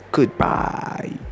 Goodbye